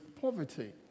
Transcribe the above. poverty